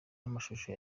n’amashusho